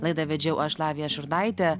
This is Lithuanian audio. laidą vedžiau aš lavija šurnaitė